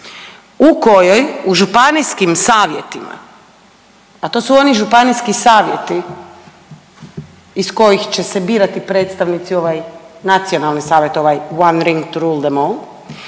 u kojoj u županijskim savjetima, a to su oni županijski savjeti iz kojih će se birati predstavnici, ovaj, nacionalni savjet, ovaj one ring to rule them all,